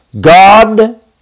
God